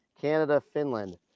Canada-Finland